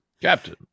Captain